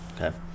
Okay